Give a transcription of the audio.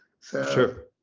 Sure